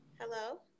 Hello